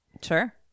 sure